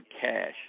cash